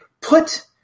put